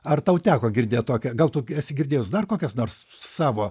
ar tau teko girdėt tokią gal tu esi girdėjus dar kokias nors savo